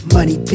Money